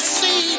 see